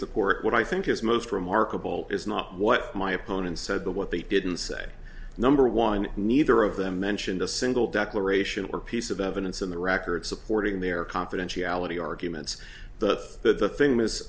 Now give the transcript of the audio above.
court what i think is most remarkable is not what my opponent said the what they didn't say number one neither of them mentioned a single declaration or piece of evidence in the record supporting their confidentiality arguments that the thing